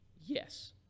Yes